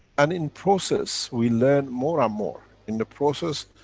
and in process, we learn more and more. in the process,